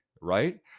Right